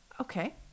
Okay